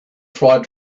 tried